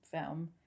film